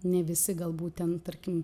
ne visi gal būtent tarkim